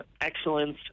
excellence